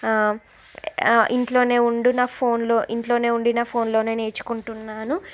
ఇంట్లోనే ఉండు నా ఫోన్లో ఇంట్లోనే ఉండి నా ఫోన్లోనే నేర్చుకుంటున్నాను